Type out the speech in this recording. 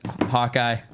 Hawkeye